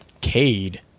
Cade